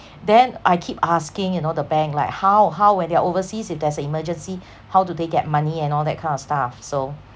then I keep asking you know the bank like how how when they are overseas if there's an emergency how do they get money and all that kind of stuff so